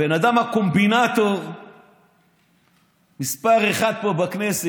הבן אדם הקומבינטור מס' 1 פה בכנסת,